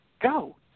Go